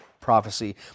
prophecy